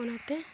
ᱚᱱᱟᱛᱮ